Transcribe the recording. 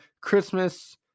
Christmas